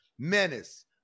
Menace